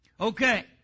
Okay